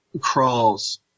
crawls